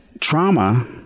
trauma